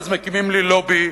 ואז מקימים לי לובי,